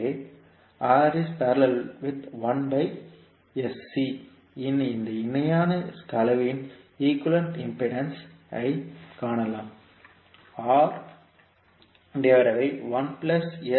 எனவே இன் இந்த இணையான கலவையின் ஈக்குவேலன்ட் இம்பிடேன்ஸ் ஐ காணலாம்